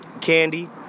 candy